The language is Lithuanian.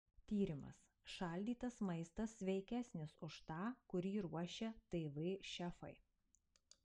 tyrimas šaldytas maistas sveikesnis už tą kurį ruošia tv šefai